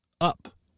up